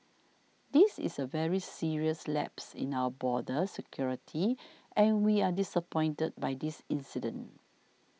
this is a very serious lapse in our border security and we are disappointed by this incident